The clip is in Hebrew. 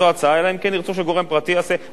זו ההצעה, אלא אם כן ירצו שגורם פרטי יעשה.